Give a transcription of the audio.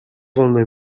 wolne